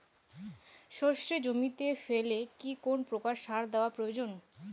সর্ষে জমিতে ফেলে কি কোন প্রকার সার দেওয়া প্রয়োজন?